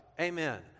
Amen